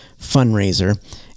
fundraiser